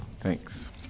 thanks